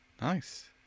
Nice